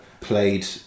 played